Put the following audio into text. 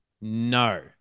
no